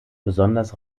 besonders